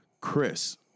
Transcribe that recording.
Chris